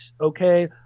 okay